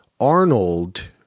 Arnold –